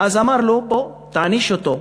ואמר לו: בוא, תעניש אותו,